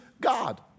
God